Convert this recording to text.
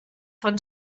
von